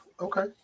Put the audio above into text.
okay